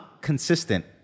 consistent